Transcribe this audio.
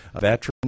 veteran